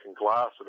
glass